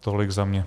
Tolik za mě.